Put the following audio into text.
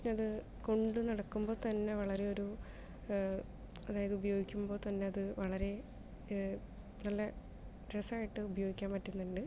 പിന്നെ അത് കൊണ്ട് നടക്കുമ്പം തന്നെ വളരെ ഒരു അതായത് ഉപയോഗിക്കുമ്പോൾ തന്നെ അത് വളരെ നല്ല രസമായിട്ട് ഉപയോഗിക്കാൻ പറ്റുന്നുണ്ട്